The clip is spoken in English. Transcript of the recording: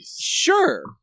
sure